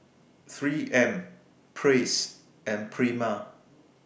three M Praise and Prima